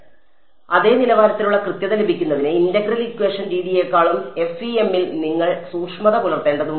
അതിനാൽ അതേ നിലവാരത്തിലുള്ള കൃത്യത ലഭിക്കുന്നതിന് ഇന്റഗ്രൽ ഇക്വേഷൻ രീതിയെക്കാളും എഫ്ഇഎമ്മിൽ നിങ്ങൾ സൂക്ഷ്മത പുലർത്തേണ്ടതുണ്ട്